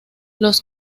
los